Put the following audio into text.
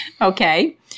Okay